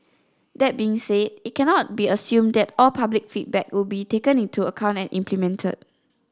that being said it cannot be assumed that all public feedback will be taken into account and implemented